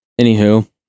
Anywho